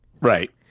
Right